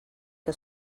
que